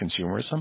consumerism